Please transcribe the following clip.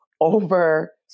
over